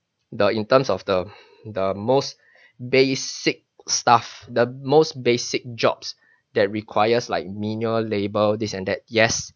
the in terms of the the most basic stuff the most basic jobs that requires like menial labor this and that yes